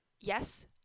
Yes